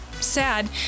sad